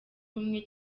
bumwe